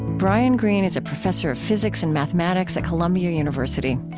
brian greene is a professor of physics and mathematics at columbia university.